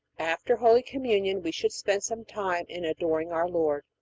after holy communion we should spend some time in adoring our lord,